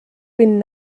been